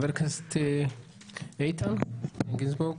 חבר הכנסת איתן גינזבורג.